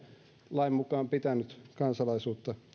lain mukaan pitänyt kansalaisuutta